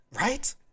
Right